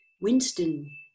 Winston